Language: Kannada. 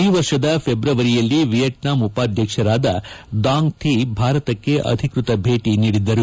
ಈ ವರ್ಷದ ಫೆಬ್ರವರಿಯಲ್ಲಿ ವಿಯೆಟ್ನಾಂ ಉಪಾಧ್ಯಕ್ಷರಾದ ದಾಂಗ್ ಥಿ ಭಾರತಕ್ಕೆ ಅಧಿಕೃತ ಭೇಟಿ ನೀಡಿದ್ದರು